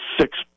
six